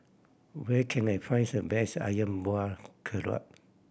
where can I find the best Ayam Buah Keluak